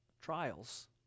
trials